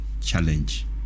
challenge